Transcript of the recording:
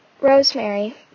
Rosemary